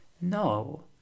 No